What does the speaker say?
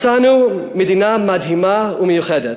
מצאנו מדינה מדהימה ומיוחדת,